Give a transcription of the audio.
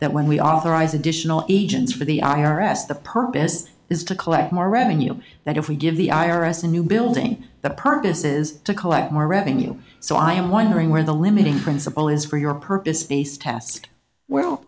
that when we authorize additional agents for the i r s the purpose is to collect more revenue that if we give the i r s a new building the purpose is to collect more revenue so i am wondering where the limiting principle is for your purpose based task well